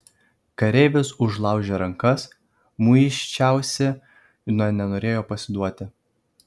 kareivis užlaužė rankas muisčiausi nenorėjau pasiduoti